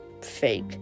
fake